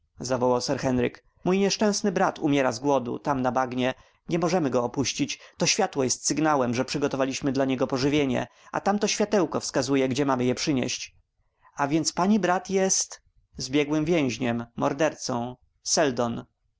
sir henryk mój nieszczęsny brat umiera z głodu tam na bagnie nie możemy go opuścić to światło jest sygnałem że przygotowaliśmy dla niego pożywienie a tamto światełko wskazuje gdzie mamy je przynieść a więc brat pani jest zbiegłym więźniem mordercą seldon